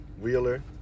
Wheeler